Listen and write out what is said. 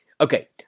Okay